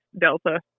Delta